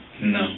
No